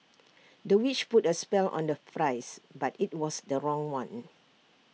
the witch put A spell on the flies but IT was the wrong one